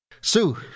Sue